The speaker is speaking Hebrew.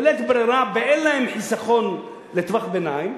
בלית ברירה, באין להם חיסכון לטווח ביניים,